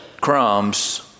Crumb's